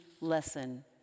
lesson